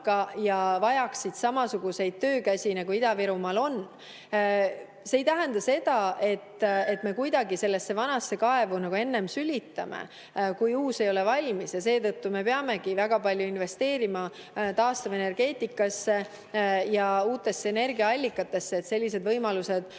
ja vajaksid samasuguseid töökäsi, nagu Ida-Virumaal on. See ei tähenda seda, et me sellesse vanasse kaevu sülitame enne, kui uus valmis on. Seetõttu me peamegi väga palju investeerima taastuvenergeetikasse ja uutesse energiaallikatesse, et sellised võimalused